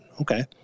Okay